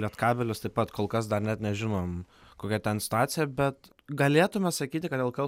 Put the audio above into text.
lietkabelis taip pat kol kas dar net nežinom kokia ten situacija bet galėtume sakyti kad lkl